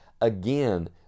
again